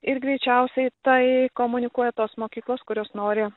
ir greičiausiai tai komunikuoja tos mokyklos kurios nori